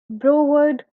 broward